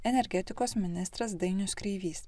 energetikos ministras dainius kreivys